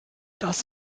das